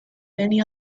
many